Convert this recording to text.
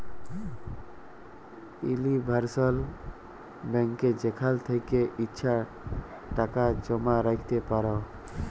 universal ব্যাংকে যেখাল থ্যাকে ইছা টাকা জমা রাইখতে পার